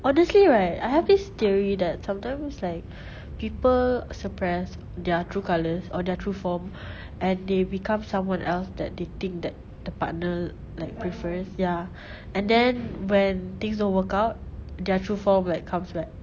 honestly right I have this theory that sometimes like people suppress their true colours or their true form and they become someone else that they think that the partner like prefers ya and then when things don't work out their true form like comes back